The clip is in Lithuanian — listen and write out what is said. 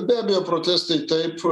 be abejo protestai taip